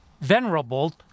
Venerable